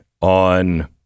on